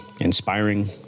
inspiring